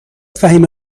فهیمه